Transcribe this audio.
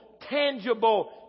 tangible